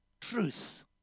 truth